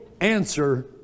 answer